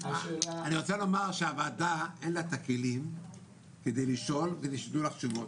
אני רוצה לומר שהוועדה אין לה את הכלים כדי לשאול ולשלוח תשובות.